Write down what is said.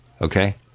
okay